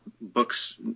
books